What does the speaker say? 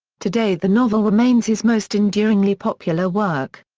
today the novel remains his most enduringly popular work.